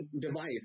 device